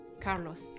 Carlos